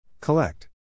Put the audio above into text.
Collect